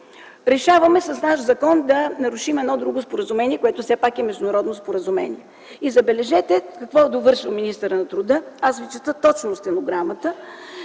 решаваме да нарушим едно друго споразумение, което все пак е международно споразумение. И забележете, какво довършва министърът на труда, аз ви чета точно стенограмата: